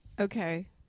Okay